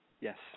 Yes